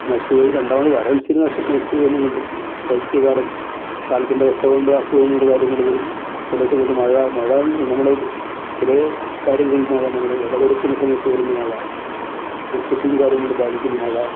നശിച്ച് പോയത് രണ്ടാമത് വരൾച്ചയിൽ നശിച്ച് നശിച്ച് പോകുന്ന കൊണ്ടും ശൈത്യകാലം കാലത്തിൻ്റെ അവസ്ഥ കൊണ്ട് അസുഖങ്ങൾ കാര്യങ്ങൾ വരും ചില സമയത്ത് മഴ മഴ നമ്മൾ ചില കാര്യങ്ങൾ മഴ നമ്മുടെ വിളവെടുക്കുന്ന സമയത്ത് വരുന്ന മഴ നെൽക്കൃഷിയും കാര്യങ്ങളും ബാധിക്കുന്ന മഴ